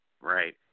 Right